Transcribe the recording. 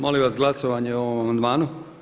Molim vas glasovanje o ovom amandmanu.